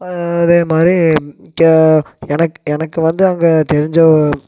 அதேமாதிரி கே எனக் எனக்கு வந்து அங்கே தெரிஞ்ச